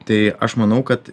tai aš manau kad